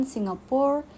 Singapore